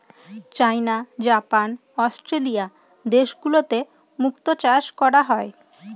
চাইনা, Japan, Australia দেশগুলোতে মুক্তো চাষ করা হয়